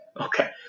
okay